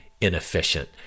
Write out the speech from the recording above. Inefficient